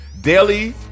Daily